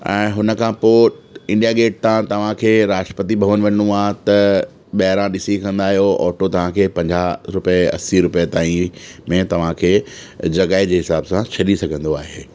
ऐं हुनखां पोइ इंडिया गेट तां तव्हांखे राष्ट्र्पति भवन वञिणो आहे त ॿाहिरां ॾिसी कंदा आहियो त ऑटो तव्हांखे पंजाह रुपए असी रुपए ताईं में तव्हांखे जॻह जे हिसाब सां छॾी सघंदो आहे